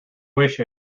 wish